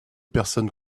personnes